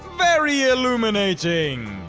very illuminating!